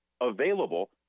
available